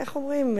איך אומרים,